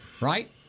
right